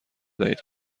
دهید